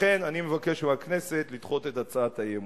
לכן אני מבקש מהכנסת לדחות את הצעת האי-אמון.